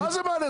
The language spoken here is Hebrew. מה זה מעניין?